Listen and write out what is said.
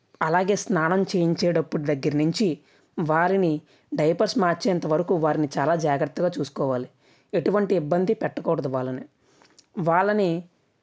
అలాగే స్నానం చేయించ్చేడప్పుడు దగ్గర నుంచి వారిని డైపర్స్ మార్చేంతవరకు వారిని జాగ్రత్తగా చూసుకోవాలి వారిని ఎటువంటి ఇబ్బందిని పెట్టకూడదు వాళ్లని వాళ్ళనీ